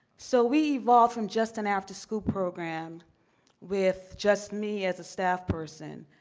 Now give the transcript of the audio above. so we evolved from just an after-school program with just me as a staff person,